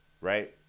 right